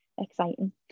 Exciting